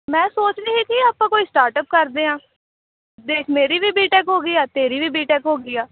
ਮੈਂ ਸੋਚ ਰਹੀ ਸੀ ਆਪਾਂ ਕੋਈ ਸਟਾਰਟਅਪ ਕਰਦੇ ਹਾਂ ਦੇਖ ਮੇਰੀ ਵੀ ਬੀਟੈਕ ਹੋ ਗਈ ਆ ਤੇਰੀ ਵੀ ਬੀਟੈਕ ਹੋ ਗਈ ਆ